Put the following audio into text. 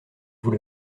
vous